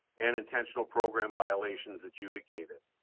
and intentional program violations adjudicated.